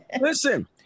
listen